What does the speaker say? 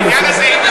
אני מודה לך.